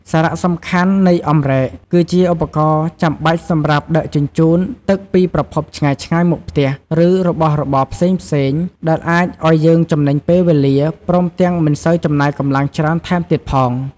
សារៈសំខាន់នៃអម្រែក គឺជាឧបករណ៍ចាំបាច់សម្រាប់ដឹកជញ្ជូនទឹកពីប្រភពឆ្ងាយៗមកផ្ទះ ឬរបស់របរផ្សេងៗ ដែលអាចឲ្យយើងចំណេញពេលវេលា ព្រមទាំងមិនសូវចំណាយកម្លាំងច្រើនថែមទៀតផង។